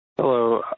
Hello